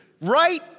Right